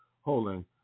holding